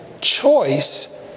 choice